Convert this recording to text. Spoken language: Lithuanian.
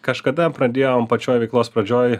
kažkada pradėjom pačioj veiklos pradžioj